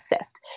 assist